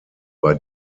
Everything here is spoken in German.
bei